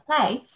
place